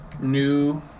New